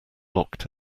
locked